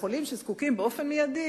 בעניין חולים שזקוקים באופן מיידי,